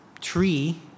tree